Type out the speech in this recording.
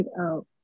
out